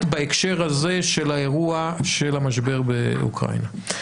בהקשר הזה של האירוע של המשבר באוקראינה.